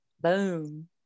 Boom